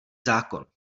zákon